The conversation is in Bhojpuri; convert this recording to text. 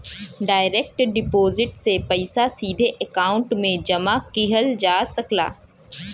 डायरेक्ट डिपोजिट से पइसा सीधे अकांउट में जमा किहल जा सकला